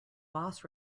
boss